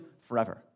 forever